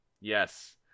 Yes